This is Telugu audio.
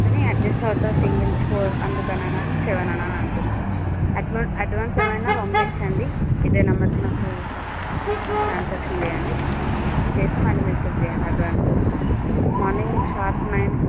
కానీ అడ్జస్ట్ అవుతా సింగిల్ ఫోర్ అందుకన్నానని సెవెన్ అనా అంటున్న అడ్వా అడ్వాన్స్ ఏమైనా పంపించండి ఇదే నంబర్కి నాకు ట్రాన్సాక్షన్ చేయండి చేసి మళ్ళీ మెసేజ్ చేయండి అడ్వాన్సు మార్నింగ్ షార్ప్ నైన్